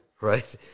right